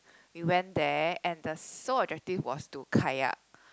we went there and the sole objective was to kayak